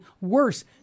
worse